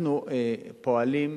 אנחנו פועלים,